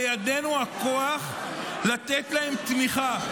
בידנו הכוח לתת להם תמיכה.